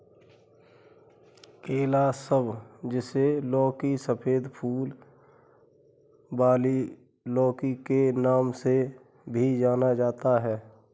calabash, जिसे लौकी, सफेद फूल वाली लौकी के नाम से भी जाना जाता है